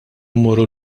mmorru